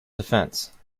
defense